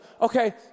okay